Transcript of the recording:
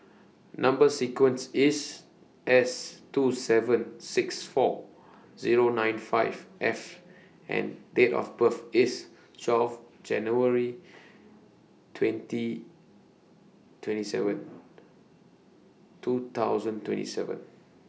Number sequence IS S two seven six four Zero nine five F and Date of birth IS twelve January twenty twenty seven